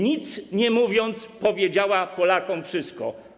Nic nie mówiąc, powiedziała Polakom wszystko.